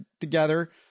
together